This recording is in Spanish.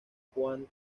cuando